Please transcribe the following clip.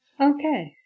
Okay